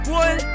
one